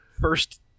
first